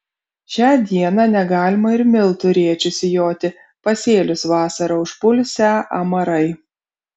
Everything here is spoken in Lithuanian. šią dieną negalima ir miltų rėčiu sijoti pasėlius vasarą užpulsią amarai